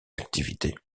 activités